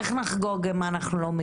אבל איך אנחנו נחגוג אותו אם אין לנו שכר